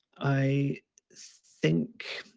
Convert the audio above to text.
i think